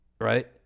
right